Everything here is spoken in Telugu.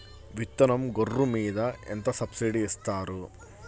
విత్తనం గొర్రు మీద ఎంత సబ్సిడీ ఇస్తారు?